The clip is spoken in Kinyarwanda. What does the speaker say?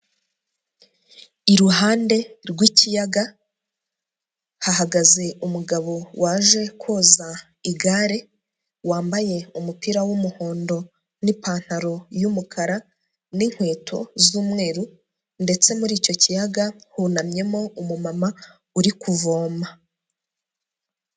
Iruhande rw'ikiyaga, hahagaze umugabo waje koza igare, wambaye umupira w'umuhondo n'ipantaro y'umukara n'inkweto z'umweru ndetse muri icyo kiyaga, hunamyemo umumama uri kuvoma.